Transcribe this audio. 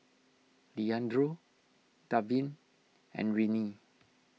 Leandro Davin and Rennie